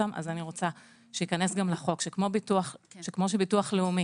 אני רוצה שייכנס גם לחוק שכמו שביטוח לאומי